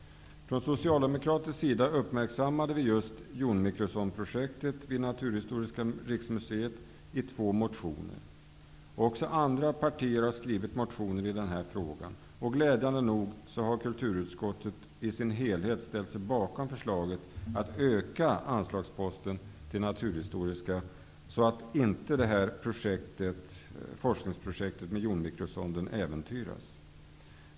Från socialdemokratisk sida uppmärksammade vi just jonmikrosondprojektet vid Naturhistoriska riksmuseet i två motioner. Också andra partier har skrivit motioner i denna fråga. Glädjande nog har kulturutskottet i sin helhet ställt sig bakom förslaget att öka anslagsposten till Naturhistoriska så att inte jonmikrosondprojektet äventyras.